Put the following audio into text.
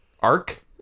arc